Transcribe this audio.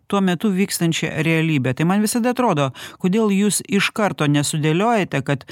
tuo metu vykstančia realybe tai man visada atrodo kodėl jūs iš karto nesudėliojate kad